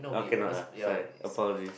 oh cannot ah sorry apologises